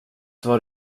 var